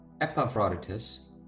Epaphroditus